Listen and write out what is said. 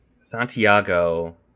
Santiago